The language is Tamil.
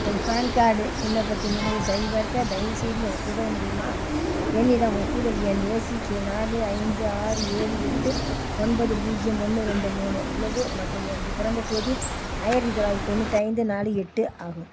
எனது ஃபேன் கார்டு விண்ணப்பத்தின் நிலையை சரிபார்க்க தயவுசெய்து எனக்கு உதவ முடியுமா என்னிடம் ஒப்புதல் எண் ஏ சி கே நாலு ஐந்து ஆறு ஏழு எட்டு ஒன்பது பூஜ்ஜியம் ஒன்று ரெண்டு மூணு உள்ளது மற்றும் எனது பிறந்த தேதி ஆயிரத்தி தொள்ளாயிரத்தி தொண்ணூற்றைந்து நாலு எட்டு ஆகும்